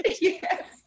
Yes